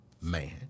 man